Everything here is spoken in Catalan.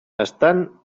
estan